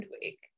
week